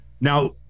Now